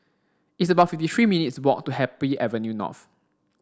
it's about fifty three minutes' walk to Happy Avenue North